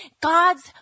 God's